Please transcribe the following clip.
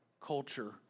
culture